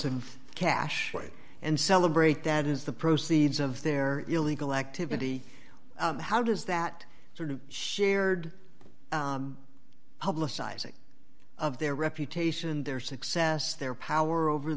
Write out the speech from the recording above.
of cash and celebrate that is the proceeds of their illegal activity how does that sort of shared publicizing of their reputation their success their power over